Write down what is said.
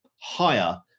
higher